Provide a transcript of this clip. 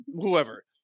whoever